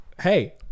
hey